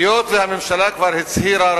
היות שהממשלה כבר הצהירה,